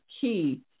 key